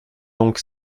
donc